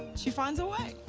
she finds a way.